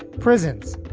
prisons,